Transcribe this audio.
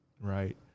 right